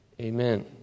amen